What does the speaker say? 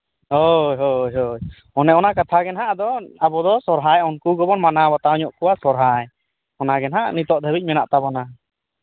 ᱦᱳᱭ ᱦᱳᱭ ᱚᱱᱮ ᱚᱱᱟ ᱠᱟᱛᱷᱟ ᱜᱮ ᱱᱟᱦᱟᱜ ᱟᱵᱚ ᱫᱚ ᱥᱚᱦᱨᱟᱭ ᱩᱱᱠᱩ ᱜᱮᱵᱚᱱ ᱢᱟᱱᱟᱣ ᱵᱟᱛᱟᱣ ᱧᱚᱜ ᱠᱚᱣᱟ ᱥᱚᱦᱨᱟᱭ ᱚᱱᱟ ᱜᱮ ᱱᱟᱦᱟᱜ ᱱᱤᱛᱚᱜ ᱫᱷᱟᱹᱵᱤᱡ ᱢᱮᱱᱟᱜ ᱛᱟᱵᱚᱱᱟ